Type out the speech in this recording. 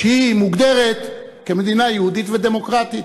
שמוגדרת כמדינה יהודית ודמוקרטית,